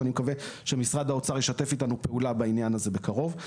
שאני מקווה שמשרד האוצר ישתף איתנו פעולה בעניין הזה בקרוב.